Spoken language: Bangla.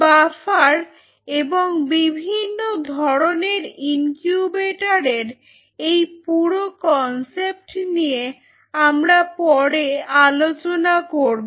বাফার এবং বিভিন্ন ধরনের ইনকিউবেটরের এই পুরো কনসেপ্ট নিয়ে আমরা পরে আলোচনা করব